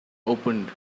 opened